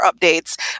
updates